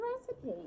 recipe